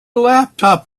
laptop